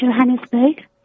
Johannesburg